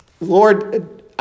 Lord